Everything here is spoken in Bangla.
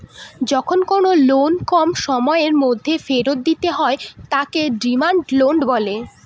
যখন কোনো লোন কম সময়ের মধ্যে ফেরত দিতে হয় তাকে ডিমান্ড লোন বলে